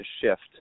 shift